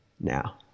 Now